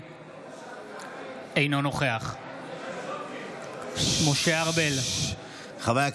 אינו נוכח משה ארבל,